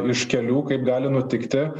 iš kelių kaip gali nutikti